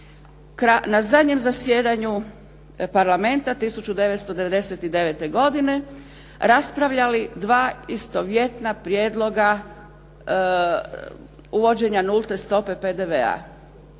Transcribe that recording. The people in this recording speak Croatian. na zadnjem zasjedanju Parlamenta 1999. godine raspravljali dva istovjetna prijedloga uvođenja nulte stope PDV-a.